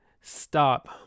stop